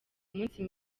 umunsi